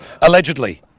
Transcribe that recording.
allegedly